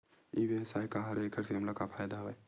ई व्यवसाय का हरय एखर से हमला का फ़ायदा हवय?